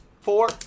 four